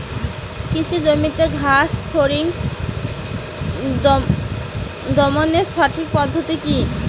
কৃষি জমিতে ঘাস ফরিঙ দমনের সঠিক পদ্ধতি কি?